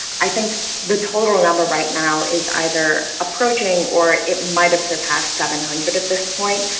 i think the total number right now is either approaching or it might have surpassed seven hundred at this point.